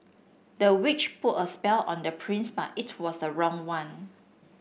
the witch put a spell on the prince but it was the wrong one